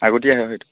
আগতীয়া হয় সেইটো